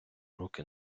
руки